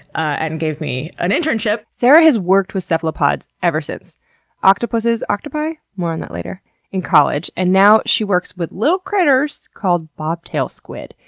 and gave me an internship. sarah has worked with cephalopods ever since octopuses octopi, more on that later in college, and now she works with little critters called bobtail squid,